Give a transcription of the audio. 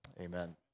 Amen